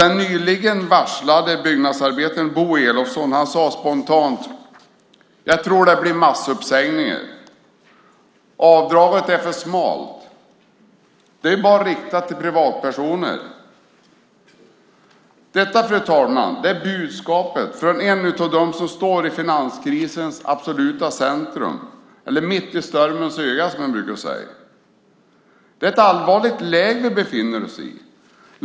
Den nyligen varslade byggnadsarbetaren Bo Elofsson sade spontant: "Jag tror det blir massuppsägningar. Avdraget är för smalt. Det är ju bara riktat till privatpersoner." Detta, fru talman, är budskapet från en av dem som står i finanskrisens absoluta centrum, eller mitt i stormens öga som man brukar säga. Det är ett allvarligt läge vi befinner oss i.